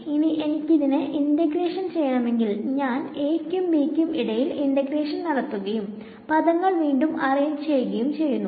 ഇനി എനിക്കിതിനെ ഇന്റഗ്രേഷൻ ചെയ്യണം എങ്കിൽ ഞാൻ a ക്കും b ക്കും ഇടയിൽ ഇന്റഗ്രേഷൻ നടത്തുകയും പദങ്ങൾ വീണ്ടും അറേഞ്ച് ചെയ്യുകയും ചെയ്യുന്നു